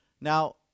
now